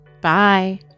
Bye